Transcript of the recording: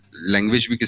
language